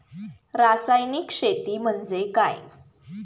रासायनिक शेती म्हणजे काय?